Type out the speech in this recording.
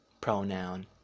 pronoun